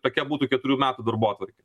tokia būtų keturių metų darbotvarkė